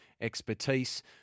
expertise